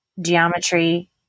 geometry